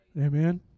Amen